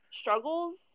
struggles